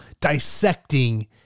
dissecting